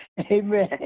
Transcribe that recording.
Amen